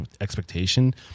expectation